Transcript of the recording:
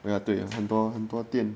then 他对很多很多很多店